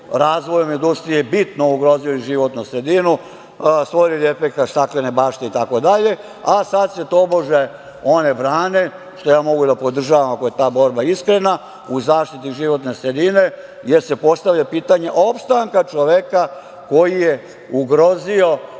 razvojem industrije bitno ugrozile životnu sredinu, stvorili efekat staklene bašte itd, a sad se tobože one brane, što ja mogu da podržim ako je ta borba iskrena, u zaštiti životne sredine, jer se postavlja pitanje opstanka čoveka koji je ugrozio